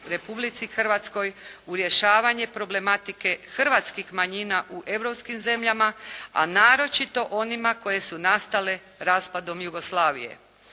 Republici Hrvatskoj u rješavanje problematike hrvatskih manjina u europskim zemljama, a naročito onima koje su nastale raspadom Jugoslavije.